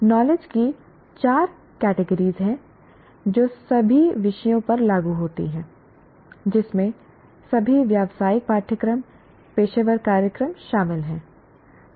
knowledge की चार category हैं जो सभी विषयों पर लागू होती हैं जिसमें सभी व्यावसायिक पाठ्यक्रम पेशेवर कार्यक्रम शामिल हैं